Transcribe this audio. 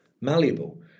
malleable